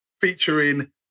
featuring